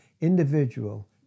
individual